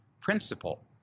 principle